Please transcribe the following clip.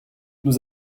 nous